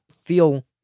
feel